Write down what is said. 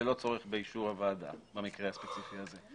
ללא צורך באישור הוועדה במקרה הספציפי הזה.